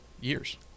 years